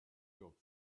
york